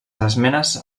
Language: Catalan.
esmenes